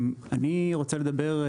אני רוצה לדבר,